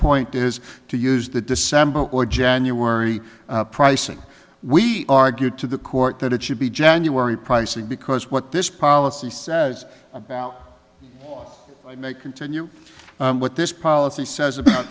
point is to use the december or january pricing we argued to the court that it should be january pricing because what this policy says now may continue what this policy says about